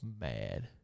mad